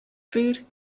food